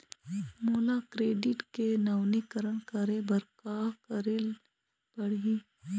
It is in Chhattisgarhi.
मोला क्रेडिट के नवीनीकरण करे बर का करे ले पड़ही?